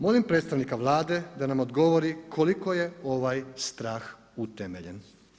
Molim predstavnika Vlade na nam odgovori koliko je ovaj strah utemeljen.